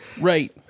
Right